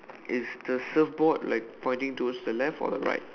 it is the surfboard like pointing towards the left or the right